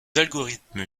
algorithmes